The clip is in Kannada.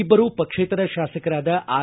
ಇಬ್ಬರು ಪಕ್ಷೇತರ ಶಾಸಕರಾದ ಆರ್